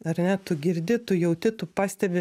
ar ne tu girdi tu jauti tu pastebi